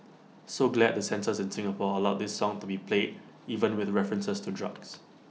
so glad the censors in Singapore allowed this song to be played even with references to drugs